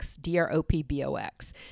D-R-O-P-B-O-X